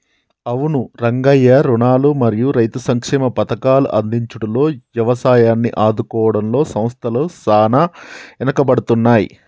అవును రంగయ్య రుణాలు మరియు రైతు సంక్షేమ పథకాల అందించుడులో యవసాయాన్ని ఆదుకోవడంలో సంస్థల సాన ఎనుకబడుతున్నాయి